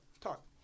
Talk